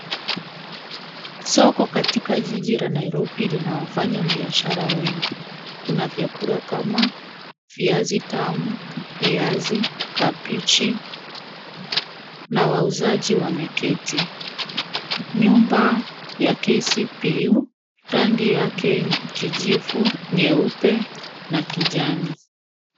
Soko katika jiji la Nairobi lina wafanyabiashara wengi. Kuna vyakula kama viazi tamu, viazi, kabichi na wauzaji wameketi. Nyumba ya KPCU, rangi yake kijivu, nyeupe na kijani.